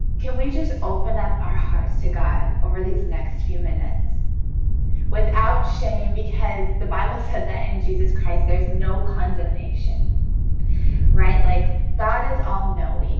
can we just open up our hearts to god over these next few minutes without, shame because the bible said that in jesus christ there's no condemnation right like that is all-knowing